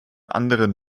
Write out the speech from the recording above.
anderen